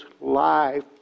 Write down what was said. life